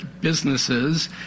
businesses